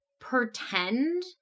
pretend